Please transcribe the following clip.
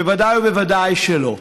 בוודאי ובוודאי שלא.